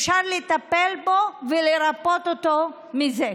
אפשר לטפל בו ולרפא אותו מזה.